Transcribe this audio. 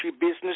business